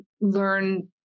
learn